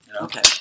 Okay